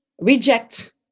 reject